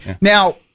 Now